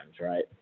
right